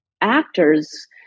actors